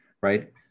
right